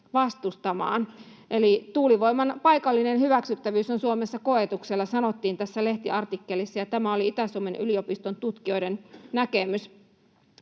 vastustamaan. ”Tuulivoiman paikallinen hyväksyttävyys on Suomessa koetuksella”, sanottiin tässä lehtiartikkelissa, ja tämä oli Itä-Suomen yliopiston tutkijoiden näkemys.